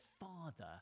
Father